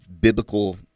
biblical